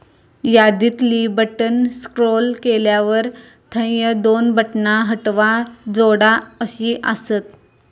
यादीतली बटण स्क्रोल केल्यावर थंय दोन बटणा हटवा, जोडा अशी आसत